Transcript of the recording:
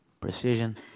Precision